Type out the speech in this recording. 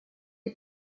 die